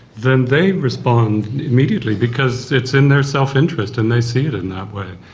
then they respond immediately because it's in their self-interest and they see it in that way.